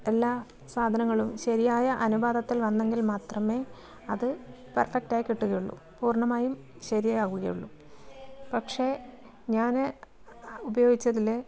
എല്ലാ സാധനങ്ങളും ശരിയായ അനുപാതത്തിൽ വന്നെങ്കിൽ മാത്രമേ അത് പെർഫെക്റ്റ് ആയി കിട്ടുകയുള്ളു പൂർണമായും ശരിയാവുകയുള്ളൂ പക്ഷേ ഞാൻ ഉപയോഗിച്ചതിൽ